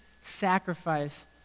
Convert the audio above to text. sacrifice